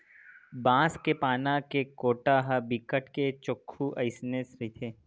बांस के पाना के कोटा ह बिकट के चोक्खू अइसने रहिथे